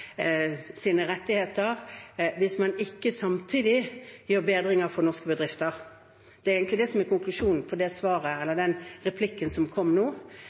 rettigheter hvis man ikke samtidig gjør bedringer for norske bedrifter. Det er egentlig det som er konklusjonen på den replikken som kom nå.